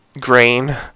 grain